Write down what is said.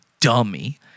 dummy